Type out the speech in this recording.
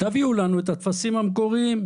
תנו לנו את הטפסים המקוריים.